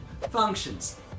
Functions